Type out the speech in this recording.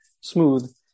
smooth